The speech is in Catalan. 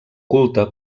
culte